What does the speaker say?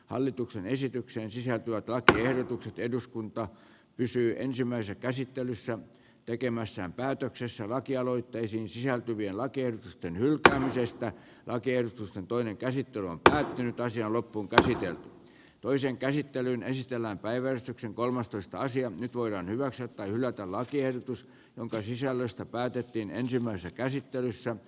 hallituksen esitykseen sisältyvä taito ehdotukset eduskunta pysyi ensimmäiset esittelyssä tekemässään päätöksessä lakialoitteisiin sisältyvien lakien hylkäämisestä lakiehdotusten toinen käsittely on päättynyt ja asia loppuunkäsitellään toisen käsittelyn esitellä päivystyksen kolmastoista nyt voidaan hyväksyä tai hylätä lakiehdotus jonka sisällöstä päätettiin ensimmäisessä käsittelyssä